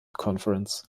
conference